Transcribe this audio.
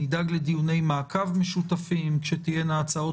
נדאג לדיוני מעקב משותפים וכשיהיו הצעות